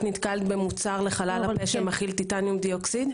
את נתקלת במוצר לחלל הפה שמכיל טיטניום דיאוקסיד?